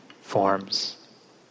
forms